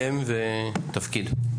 שם ותפקיד.